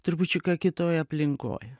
trupučiuką kitoj aplinkoj